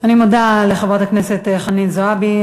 אני מודה לחברת הכנסת חנין זועבי.